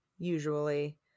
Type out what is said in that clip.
usually